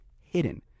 hidden